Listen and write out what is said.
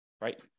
right